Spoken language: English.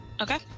okay